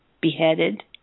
beheaded